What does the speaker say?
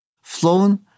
flown